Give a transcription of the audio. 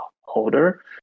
holder